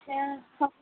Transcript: ଆଚ୍ଛା ହଉ